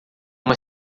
uma